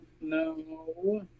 No